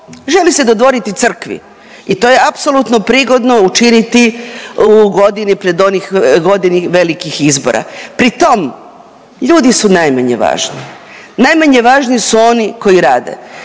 želi se dodvoriti crkvi i to je apsolutno prigodno učiniti u godini pred onih, godini velikih izbora, pri tom ljudi su najmanje važni, najmanje važni su oni koji rade